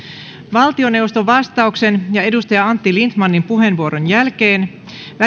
valtioneuvoston vastauksen ja edustaja antti lindtmanin puheenvuoron jälkeen